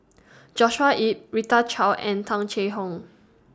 Joshua Ip Rita Chao and Tung Chye Hong